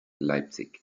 leipzig